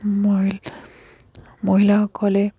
মই মহিলাসকলে